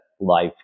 life